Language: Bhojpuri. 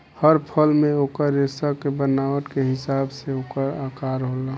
हर फल मे ओकर रेसा के बनावट के हिसाब से ओकर आकर होला